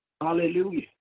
Hallelujah